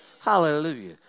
Hallelujah